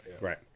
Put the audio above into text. right